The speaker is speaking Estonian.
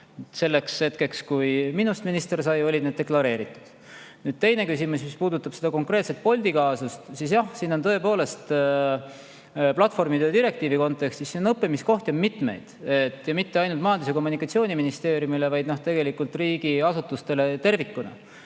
Selleks hetkeks, kui minust minister sai, olid need deklareeritud. Teine küsimus puudutab seda konkreetset Bolti kaasust. Jah, siin on tõepoolest platvormide direktiivi kontekstis õppimiskohti mitu. Mitte ainult Majandus- ja Kommunikatsiooniministeeriumile, vaid tegelikult riigiasutustele tervikuna.